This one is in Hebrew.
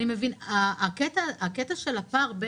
הקטע של הפער,